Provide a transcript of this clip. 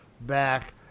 back